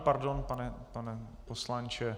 Pardon, pane poslanče.